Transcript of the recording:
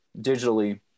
digitally